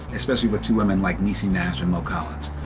especially with two women like niecy nash and mo collins.